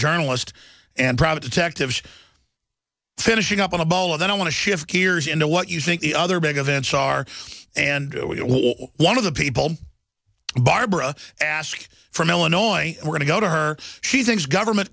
journalist and private detectives finishing up a bowl of then i want to shift gears into what you think the other big events are and one of the people barbara ask from illinois we're going to go to her she thinks government